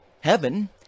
heaven